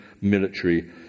military